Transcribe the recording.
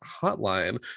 hotline